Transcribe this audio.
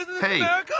Hey